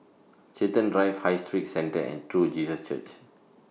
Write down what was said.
Chiltern Drive High Street Centre and True Jesus Church